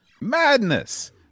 Madness